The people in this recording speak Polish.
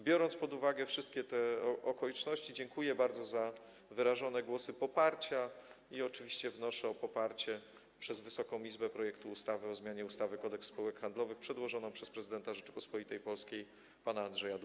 Biorąc pod uwagę wszystkie te okoliczności, bardzo dziękuję za wyrażone głosy poparcia i oczywiście wnoszę o poparcie przez Wysoką Izbę projektu ustawy o zmianie ustawy Kodeks spółek handlowych przedstawionego przez prezydenta Rzeczypospolitej Polskiej pana Andrzeja Dudę.